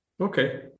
Okay